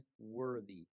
worthy